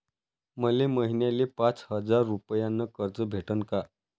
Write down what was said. मले महिन्याले पाच हजार रुपयानं कर्ज भेटन का?